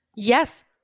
Yes